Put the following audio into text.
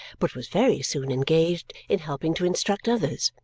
but was very soon engaged in helping to instruct others.